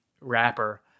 rapper